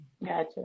gotcha